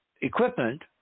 equipment